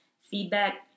feedback